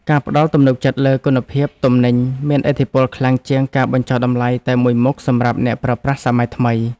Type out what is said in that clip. ការផ្តល់ទំនុកចិត្តលើគុណភាពទំនិញមានឥទ្ធិពលខ្លាំងជាងការបញ្ចុះតម្លៃតែមួយមុខសម្រាប់អ្នកប្រើប្រាស់សម័យថ្មី។